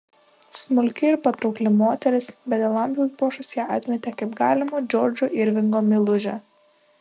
smulki ir patraukli moteris bet dėl amžiaus bošas ją atmetė kaip galimą džordžo irvingo meilužę